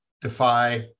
defy